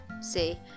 see